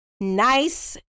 Nice